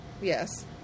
yes